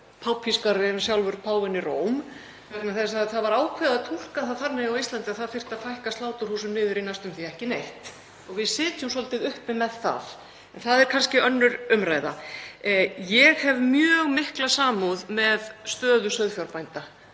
pápískari en sjálfur páfinn í Róm vegna þess að það var ákveðið að túlka það þannig á Íslandi að það þyrfti að fækka sláturhúsum á Íslandi niður í næstum því ekki neitt. Við sitjum svolítið uppi með það, en það er kannski önnur umræða. Ég hef mjög mikla samúð með stöðu sauðfjárbænda